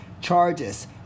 charges